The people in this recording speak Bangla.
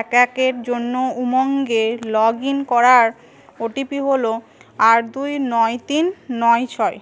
এক একের জন্য উমঙ্গে লগ ইন করার ও টি পি হলো আট দুই নয় তিন নয় ছয়